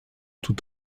tout